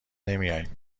نمیایم